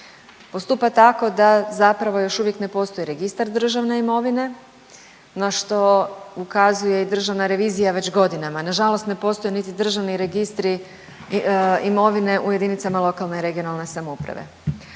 Postupa tako da zapravo još uvijek, ne postoji registar državne imovine, na što ukazuje i državna revizija već godinama. Nažalost ne postoje niti državni registri imovine u jedinicama lokalne i regionalne samouprave,